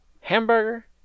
hamburger